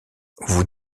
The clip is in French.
vous